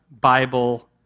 Bible